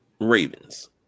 Ravens